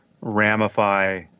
ramify